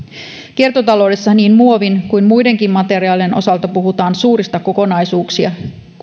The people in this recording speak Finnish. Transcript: kiertotaloudessa niin muovin kuin muidenkin materiaalien osalta puhutaan suurista